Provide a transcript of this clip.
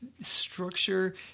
Structure